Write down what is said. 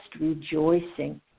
rejoicing